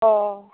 অ'